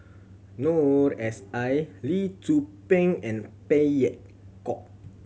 Noor S I Lee Tzu Pheng and Phey Yew Kok